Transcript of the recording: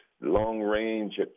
long-range